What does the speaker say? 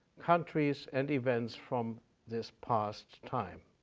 countries, and events from this past time.